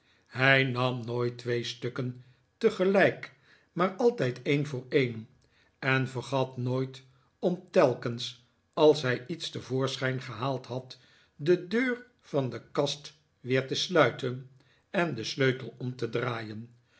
hij nam nooit twee stukken tegelijk maar altijd een voor een en vergat nooit om telkens als hij iets te voorschijn gehaald had de deur van de kast weer te sluiten en den sleutel om te draaien